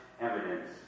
evidence